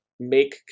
make